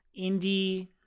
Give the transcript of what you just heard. indie